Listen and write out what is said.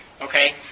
Okay